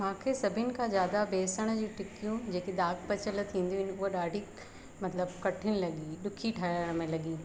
मूंखे सभिनि खां ज्यादा बेसण जी टिक्कियूं जेके दाॻ पचियल थींदियूं आहिनि हूअ ॾाढी मतिलबु कठिन लॻी ॾुखी ठाहिण में लगी